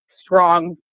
strong